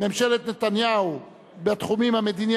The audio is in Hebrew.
ממשלת נתניהו בתחום המדיני,